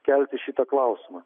kelti šitą klausimą